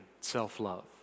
self-love